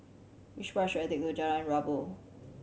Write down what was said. which bus should I take to Jalan Rabu